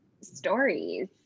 stories